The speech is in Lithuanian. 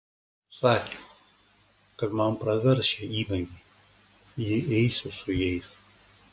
sakė kad man pravers šie įnagiai jei eisiu su jais